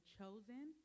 Chosen